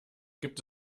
gibt